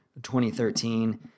2013